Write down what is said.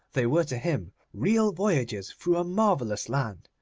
they were to him real voyages through a marvellous land,